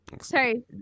Sorry